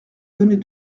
données